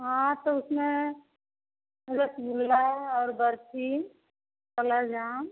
हाँ तो उसमें रसगुल्ला और बर्फी काला जाम